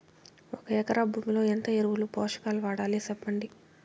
ఒక ఎకరా భూమిలో ఎంత ఎరువులు, పోషకాలు వాడాలి సెప్పండి?